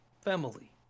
family